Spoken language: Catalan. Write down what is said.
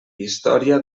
història